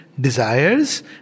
desires